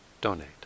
donate